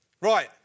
Right